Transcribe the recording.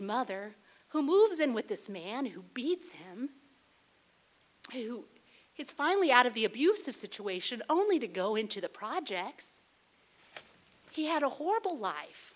mother who moves in with this man who beats him who is finally out of the abusive situation only to go into the projects he had a horrible life